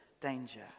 danger